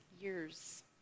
years